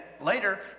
later